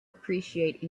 appreciate